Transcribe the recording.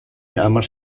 hamar